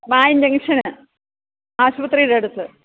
മായം ജംഗ്ഷൻ ആശുപത്രിയുടെ അടുത്ത്